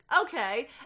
okay